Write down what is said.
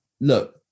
Look